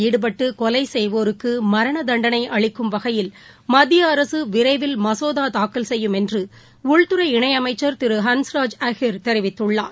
ஈடுபட்டுகொலைசெய்வோருக்குமரணதண்டனைஅளிக்கும் கும்பலாகவன்முறையில் வகையில் மத்தியஅரசுவிரைவில் மசோதாதாக்கல் செய்யும் என்றுஉள்துறை இணையமைச்சர் திருஹன்ஸ்ராஜ் அஹிர் தெரிவித்துள்ளார்